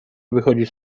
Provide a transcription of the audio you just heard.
wychodzisz